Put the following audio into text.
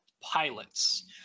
pilots